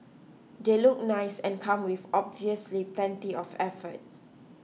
they look nice and come with obviously plenty of effort